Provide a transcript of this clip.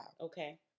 Okay